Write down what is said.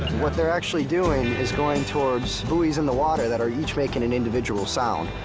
what they're actually doing is going towards buoys in the water that are each making an individual sound,